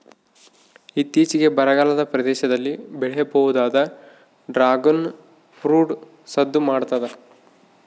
ಇತ್ತೀಚಿಗೆ ಬರಗಾಲದ ಪ್ರದೇಶದಲ್ಲಿ ಬೆಳೆಯಬಹುದಾದ ಡ್ರಾಗುನ್ ಫ್ರೂಟ್ ಸದ್ದು ಮಾಡ್ತಾದ